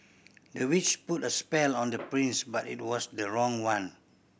the witch put a spell on the prince but it was the wrong one